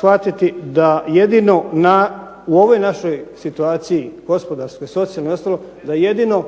shvatiti da jedino u ovoj našoj situaciji gospodarskoj, socijalnoj i ostaloj da jedino